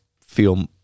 feel